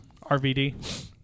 RVD